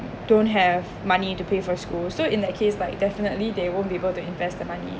don't have money to pay for school so in that case like definitely they won't be able to invest the money